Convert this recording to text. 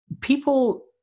people